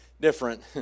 different